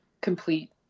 complete